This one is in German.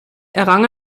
errang